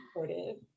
supportive